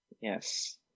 Yes